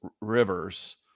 Rivers